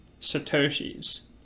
satoshis